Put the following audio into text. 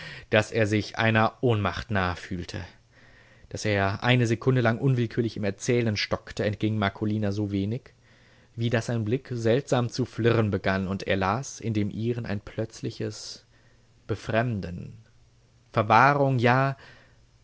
daß er sich einer ohnmacht nahe fühlte daß er eine sekunde lang unwillkürlich im erzählen stockte entging marcolina so wenig wie daß sein blick seltsam zu flirren begann und er las in dem ihren ein plötzliches befremden verwahrung ja